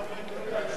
קראתם בשמי פעמיים,